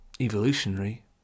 evolutionary